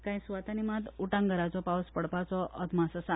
कांय सुवातांनी मात उटंगराचो पावस पडपाचो अदमास आसा